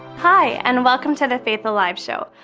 hi, and welcome to the faith alive show.